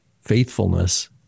faithfulness